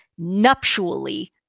nuptially